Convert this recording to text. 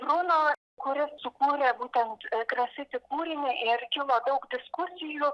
bruno kuris sukūrė būtent grafiti kūrinį ir kilo daug diskusijų